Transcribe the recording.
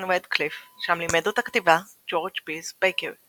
רדקליף שם לימד אותה כתיבה ג'ורג' פירס בייקר.